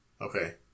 Okay